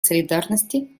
солидарности